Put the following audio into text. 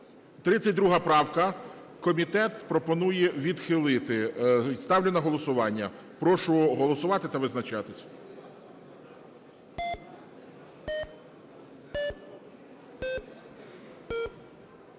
32 правка, комітет пропонує відхилити. Ставлю на голосування. Прошу голосувати та визначатися.